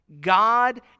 God